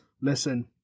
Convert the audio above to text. Listen